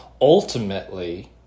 ultimately